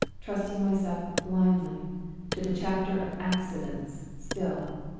trusting myself blindly to the chapter of accidents still!